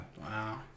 Wow